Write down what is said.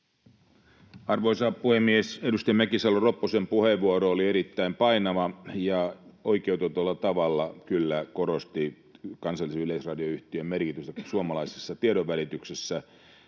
Arvoisa puhemies! Edustaja Mäkisalo-Ropposen puheenvuoro oli erittäin painava ja oikeutetulla tavalla kyllä korosti kansallisen yleisradioyhtiön merkitystä suomalaisessa tiedonvälityksessä